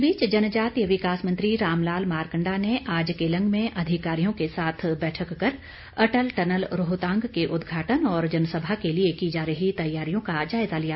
इस बीच जनजातीय विकास मंत्री रामलाल मारकंडा ने आज केलंग में अधिकारियों के साथ बैठक कर अटल टनल रोहतांग के उद्घाटन और जनसभा के लिए की जा रही तैयारियों का जायजा लिया